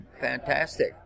fantastic